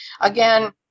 again